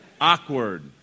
awkward